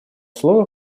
слово